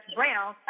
Brown